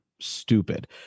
stupid